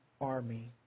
army